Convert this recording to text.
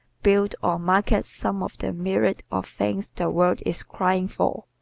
build or market some of the myriads of things the world is crying for.